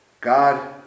God